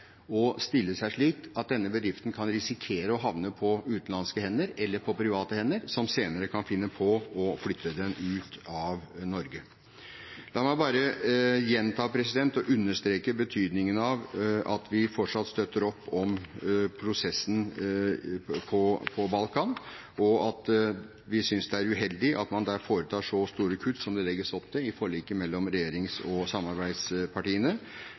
slik at denne bedriften kan risikere å havne på utenlandske eller på private hender, som senere kan finne på å flytte den ut av Norge. La meg bare gjenta og understreke betydningen av at vi fortsatt støtter opp om prosessen på Balkan, og at vi synes det er uheldig at man der foretar så store kutt som det legges opp til i forliket mellom regjerings- og samarbeidspartiene,